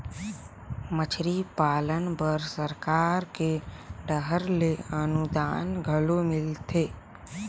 मछरी पालन बर सरकार के डहर ले अनुदान घलो मिलथे